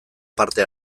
parte